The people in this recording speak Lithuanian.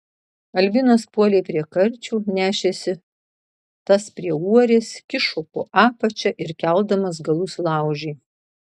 albinas puolė prie karčių nešėsi tas prie uorės kišo po apačia ir keldamas galus laužė